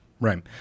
right